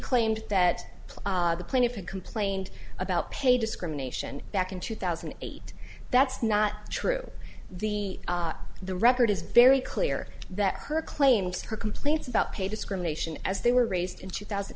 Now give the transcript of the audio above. claimed that the plaintiff had complained about pay discrimination back in two thousand and eight that's not true the the record is very clear that her claims her complaints about pay discrimination as they were raised in two thousand